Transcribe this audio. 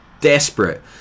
desperate